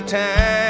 time